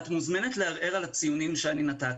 את מוזמנת לערער על הציונים שאני נתתי,